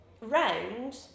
round